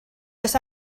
oes